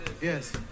Yes